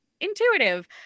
intuitive